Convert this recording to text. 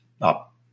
up